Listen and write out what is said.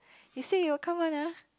you said you will come one lah